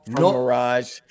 Mirage